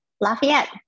Lafayette